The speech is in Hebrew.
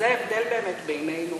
זה ההבדל באמת בינינו